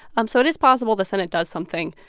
um so it is possible the senate does something,